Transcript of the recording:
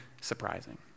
surprising